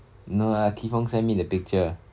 no ah kee fong send in the picture